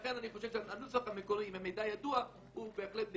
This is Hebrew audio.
לכן אני חושב שהנוסח המקורי "אם המידע ידוע" הוא בהחלט לגיטימי.